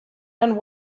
and